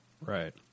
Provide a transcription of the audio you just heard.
Right